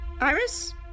Iris